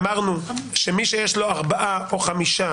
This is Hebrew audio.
אמרנו שמי שיש לו ארבעה או חמישה